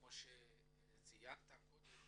כמו שציינת קודם,